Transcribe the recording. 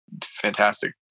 fantastic